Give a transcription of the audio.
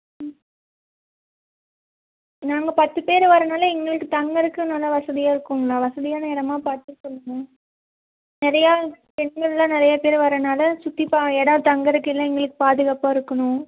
ம் நாங்கள் பத்து பேர் வர்றதுனால எங்களுக்கு தங்குறதுக்கு நல்ல வசதியாக இருக்கும்களா வசதியான இடமா பார்த்து சொல்லுங்க நிறையா பெண்களெலாம் நிறையா பேர் வர்றதுனால சுற்றி பா இடம் தங்குறதுக்கு எல்லாம் எங்களுக்கு பாதுகாப்பாக இருக்கணும்